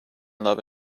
love